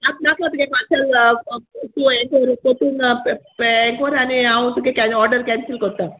आतां नाका तुगे पार्सेल तूं हें कोर पोरतून हें कोर आनी हांव तुगे ऑर्डर कॅन्सील कोरता